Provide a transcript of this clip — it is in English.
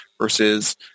versus